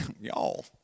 Y'all